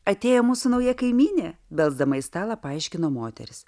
atėjo mūsų nauja kaimynė belsdama į stalą paaiškino moteris